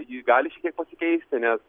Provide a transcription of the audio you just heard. ji gali šiek tiek pasikeisti nes